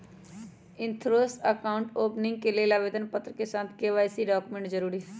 insurance account opening के लेल आवेदन पत्र के साथ के.वाई.सी डॉक्यूमेंट जरुरी हइ